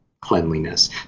cleanliness